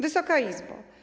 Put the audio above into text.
Wysoka Izbo!